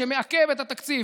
שמעכב את התקציב,